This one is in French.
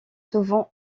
souvent